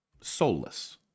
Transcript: soulless